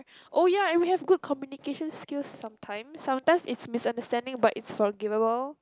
oh ya and we have good communication skills some time sometimes it's misunderstanding but it's forgivable